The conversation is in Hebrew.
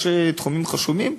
יש תחומים חשובים,